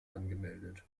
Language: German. angemeldet